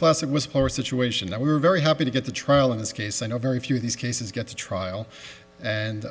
classic was for a situation that we were very happy to get to trial in this case i know very few of these cases get to trial and